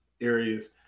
areas